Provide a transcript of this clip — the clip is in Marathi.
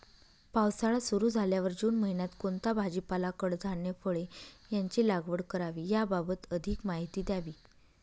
पावसाळा सुरु झाल्यावर जून महिन्यात कोणता भाजीपाला, कडधान्य, फळे यांची लागवड करावी याबाबत अधिक माहिती द्यावी?